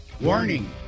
Warning